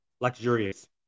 luxurious